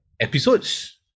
episodes